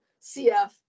CF